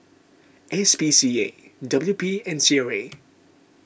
S P C A W P and C R A